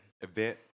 Event